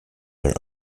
their